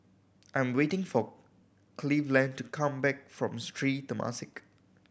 I am waiting for Cleveland to come back from Sri Temasek